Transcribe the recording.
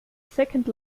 second